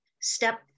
step